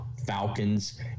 Falcons